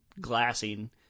glassing